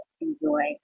enjoy